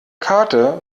karte